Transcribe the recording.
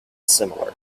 similar